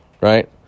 right